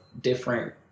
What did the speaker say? different